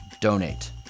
donate